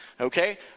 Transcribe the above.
Okay